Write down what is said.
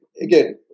again